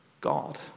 God